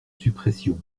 suppression